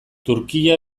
turkia